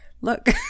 look